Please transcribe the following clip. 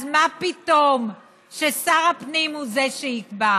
אז מה פתאום ששר הפנים הוא שיקבע?